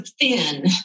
thin